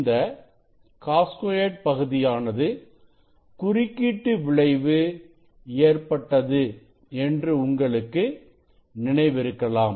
இந்த cos2 பகுதியானது குறுக்கீட்டு விளைவு ஏற்பட்டது என்று உங்களுக்கு நினைவிருக்கலாம்